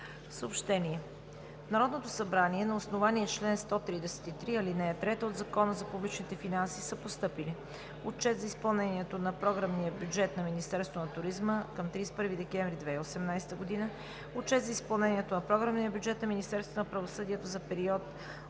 В Народното събрание на основание чл. 133, ал. 3 от Закона за публичните финанси са постъпили: Отчет за изпълнението на програмния бюджет на Министерството на туризма към 31 декември 2018 г. Отчет за изпълнението на програмния бюджет на Министерството на правосъдието за периода